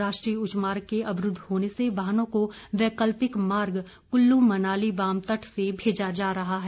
राष्ट्रीय उच्च मार्ग के अवरूद्व होने से वाहनों को वैकल्पिक मार्ग कुल्लू मनाली वामतट से भेजा रहा है